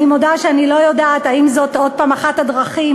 אני מודה שאני לא יודעת אם זאת עוד הפעם אחת הדרכים